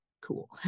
cool